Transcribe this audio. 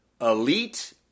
Elite